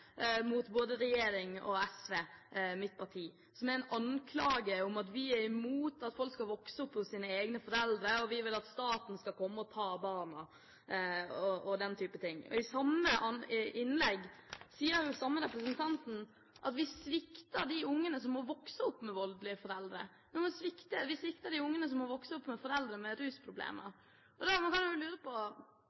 mot både regjeringen og SV, mitt parti – anklager om at vi er imot at folk skal vokse opp hos sine egne foreldre, at vi vil at staten skal komme og ta barna, og den type ting. I samme innlegg sier representanten at vi svikter de barna som må vokse opp med voldelige foreldre, og vi svikter de barna som må vokse opp med foreldre med rusproblemer. Og man kan jo da lure på